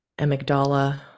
amygdala